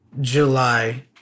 July